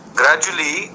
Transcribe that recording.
gradually